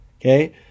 Okay